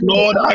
Lord